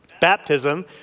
Baptism